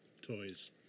toys